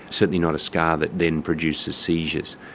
certainly not a scar that then produces seizures.